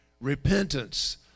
Repentance